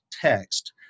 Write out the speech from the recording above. text